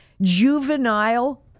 juvenile